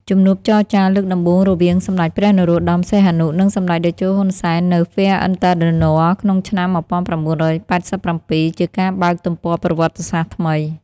ជំនួបចរចាលើកដំបូងរវាងសម្តេចព្រះ នរោត្តម សីហនុ និងសម្តេចតេជោ ហ៊ុន សែន នៅ Fère-en-Tardenois ក្នុងឆ្នាំ ១៩៨៧ ជាការបើកទំព័រប្រវត្តិសាស្ត្រថ្មី។